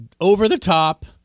over-the-top